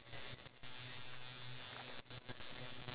uh different perception